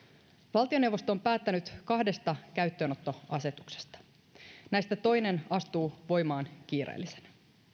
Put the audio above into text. valtioneuvosto on päättänyt kahdesta käyttöönottoasetuksesta näistä toinen astuu voimaan kiireellisenä